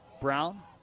Brown